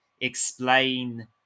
explain